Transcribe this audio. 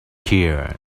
keir